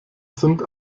sind